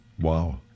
Wow